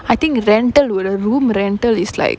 I think rental would uh room rental is like